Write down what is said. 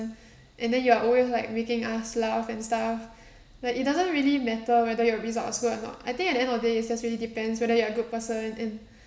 and then you are always like making us laugh and stuff like it doesn't really matter whether your results good or not I think at the end of the day it just really depends whether you are a good person and